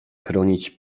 chronić